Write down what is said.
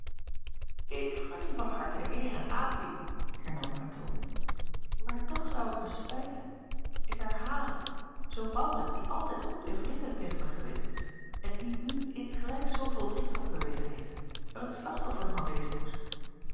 ik gun u van harte eer en aanzien hernam katoo maar toch zou het mij spijten ik herhaal het zoo maurits die altijd goed en vriendelijk tegen mij geweest is en die u insgelijks zooveel vriendschap bewezen heeft er het slachtoffer van wezen moest